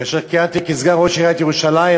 כאשר כיהנתי כסגן ראש עיריית ירושלים,